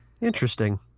Interesting